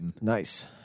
Nice